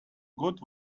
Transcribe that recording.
good